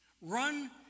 Run